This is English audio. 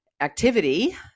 activity